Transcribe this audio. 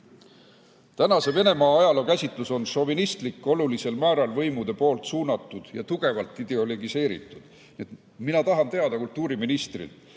Tänase Venemaa ajalookäsitus on šovinistlik, olulisel määral võimude poolt suunatud ja tugevalt ideologiseeritud. Mina tahan kultuuriministrilt